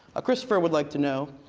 ah christopher would like to know,